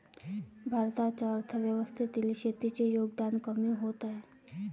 भारताच्या अर्थव्यवस्थेतील शेतीचे योगदान कमी होत आहे